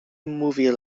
movies